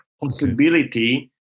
possibility